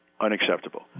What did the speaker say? Unacceptable